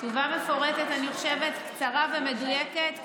התשובה מפורטת, אני חושבת, קצרה ומדויקת.